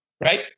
right